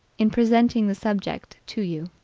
in presenting the subject to you.